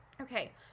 Okay